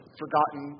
forgotten